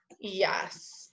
Yes